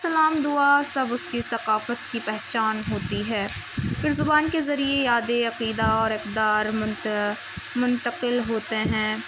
اسلام دعا سب اس کی ثقافت کی پہچان ہوتی ہے پھر زبان کے ذریعے یادیں عقیدہ اور اقدار منتقل ہوتے ہیں